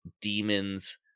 demons